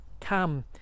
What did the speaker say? Come